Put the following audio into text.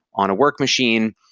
on a work machine,